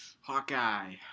Hawkeye